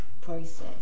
process